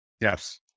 Yes